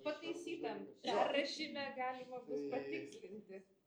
pataisytam perrašyme galima bus patikslinti